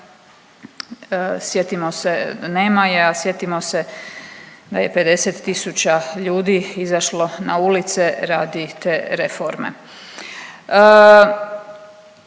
sjetimo se nema je, a sjetimo se da je 50 000 ljudi izašlo na ulice radi te reforme.